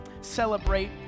celebrate